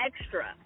extra